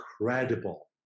incredible